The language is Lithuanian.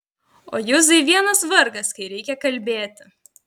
o juzai vienas vargas kai reikia kalbėti